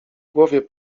głowie